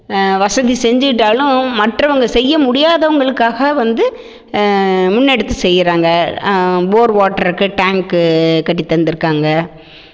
வசதி செஞ்சிகிட்டாலும் மற்றவங்க செய்ய முடியாதவங்களுக்காக வந்து முன்னெடுத்து செய்கிறாங்க போர் ஓட்டுறக்கு டேங்கு கட்டித் தந்திருக்காங்க